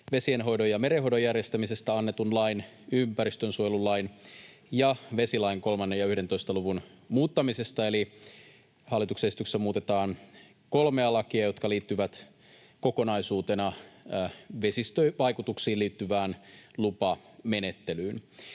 vesienhoidon ja merenhoidon järjestämisestä annetun lain, ympäristönsuojelulain ja vesilain 3 ja 11 luvun muuttamisesta. Eli hallituksen esityksessä muutetaan kolmea lakia, jotka liittyvät kokonaisuutena vesistövaikutuksiin liittyvään lupamenettelyyn.